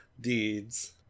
deeds